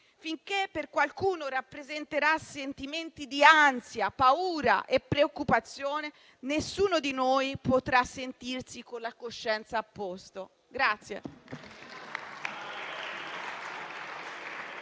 finché per qualcuno rappresenterà sentimenti di ansia, paura e preoccupazione, nessuno di noi potrà sentirsi con la coscienza a posto.